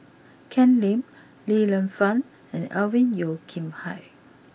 Ken Lim Li Lienfung and Alvin Yeo Khirn Hai